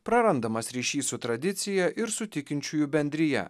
prarandamas ryšys su tradicija ir su tikinčiųjų bendrija